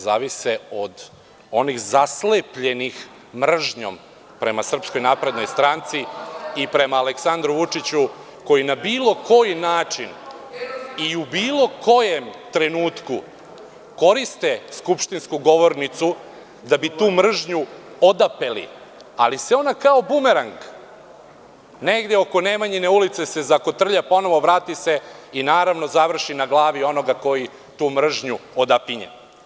Zavisi od onih zaslepljenih mržnjom prema SNS i prema Aleksandru Vučiću, koji na bilo koji način i u bilo kojem trenutku koriste skupštinsku govornicu da bi tu mržnju odapeli, ali se ona kao bumerang negde oko Nemanjine ulice zakotrlja, pa se ponovo vrati i završi na glavi onoga koji tu mržnju odapinju.